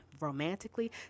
romantically